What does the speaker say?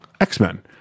X-Men